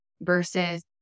versus